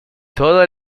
todo